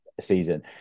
season